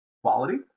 quality